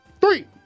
Three